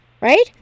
right